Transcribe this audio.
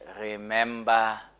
Remember